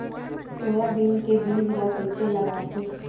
Soybean के बीज ल कइसे लगाथे?